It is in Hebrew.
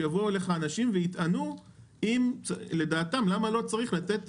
שיבואו אליך אנשים ויטענו למה לדעתם לא צריך לתת